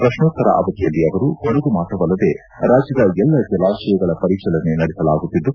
ಪ್ರಶ್ನೋತ್ತರ ಅವಧಿಯಲ್ಲಿ ಅವರು ಕೊಡಗು ಮಾತ್ರವಲ್ಲದೆ ರಾಜ್ಯದ ಎಲ್ಲ ಜಲಾಶಯಗಳ ಪರಿಶೀಲನೆ ನಡೆಸಲಾಗುತ್ತಿದ್ದು